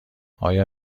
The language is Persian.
آیا